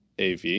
av